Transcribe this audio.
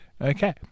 Okay